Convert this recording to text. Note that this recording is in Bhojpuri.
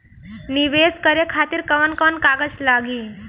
नीवेश करे खातिर कवन कवन कागज लागि?